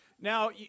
Now